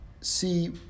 see